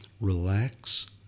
relax